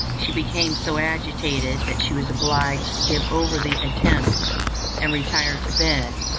she became so agitated that she was obliged to give over the attempt and retire to bed,